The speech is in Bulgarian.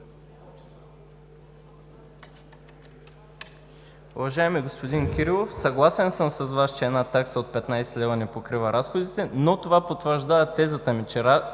Уважаеми господин Кирилов, съгласен съм с Вас, че една такса от 15 лв. не покрива разходите, но това потвърждава тезата ми, че